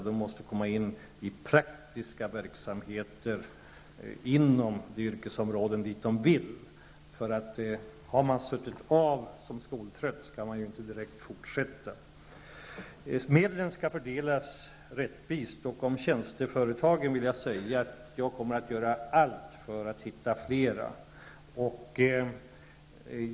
Dessa måste komma in i praktiska verksamheter inom de yrkesområden dit de vill. Har man som skoltrött suttit av tiden, skall man ju inte direkt fortsätta i skolan. Medlen skall fördelas rättvist. Jag vill också säga att jag kommer att göra allt för att hitta fler tjänsteföretag.